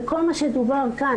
על כל מה שדובר כאן,